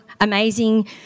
amazing